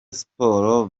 sports